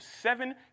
seven